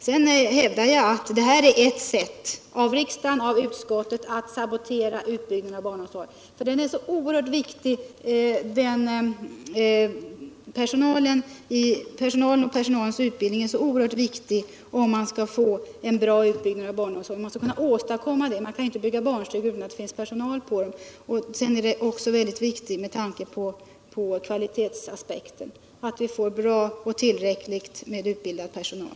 Jag hävdar att det här är ett sätt av riksdagen och utskottet att sabotera utbyggnaden av barnomsorgen. Personalen och dess utbildning är oerhört viktiga frågor om man skall kunna åstadkomma en bra utbyggnad av barnomsorgen - man kan ju inte bygga barnstugor utan att det finns personal till dem. Det är viktigt också med tanke på kvaliteten att vi får tillräckligt med välutbildad personal.